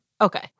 Okay